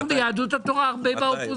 אנחנו ביהדות התורה הרבה באופוזיציה.